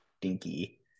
dinky